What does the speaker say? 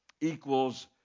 equals